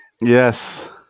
yes